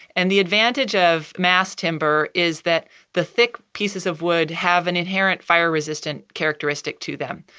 and the advantage of mass timber is that the thick pieces of wood have an inherent fire-resistant characteristic to them.